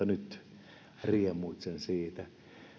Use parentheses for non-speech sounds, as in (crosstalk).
(unintelligible) nyt riemuitsen siitä